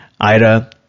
Ira